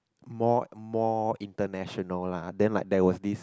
more more international lah then like there was this